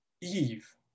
Eve